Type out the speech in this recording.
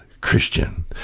Christian